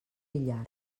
villar